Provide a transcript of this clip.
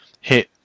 hit